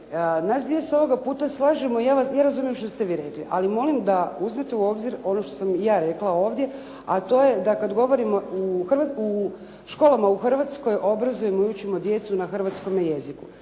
nas dvije se ovoga puta slažemo i ja razumijem što ste vi rekli, ali molim da uzmete u obzir ono što sam i ja rekla ovdje, a to je da kad govorimo o školama u Hrvatskoj, obrazujemo i učimo djecu na hrvatskome jeziku.